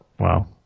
Wow